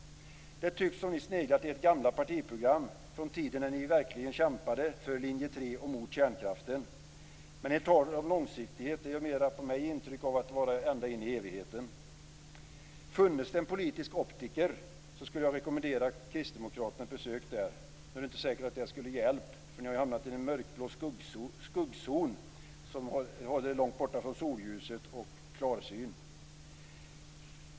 Det tycks som ni sneglat i ert gamla partiprogram från tiden när ni verkligen kämpade för linje 3 och mot kärnkraften. Ert tal om långsiktighet ger mig intryck av att det snarare torde röra sig om evigheten. Funnes det en politisk optiker skulle jag rekommendera kristdemokraterna ett besök där. Nu är det inte säkert att det skulle hjälpa, för ni har hamnat i en mörkblå skuggzon som håller er långt borta från solljuset och klarsynen.